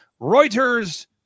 reuters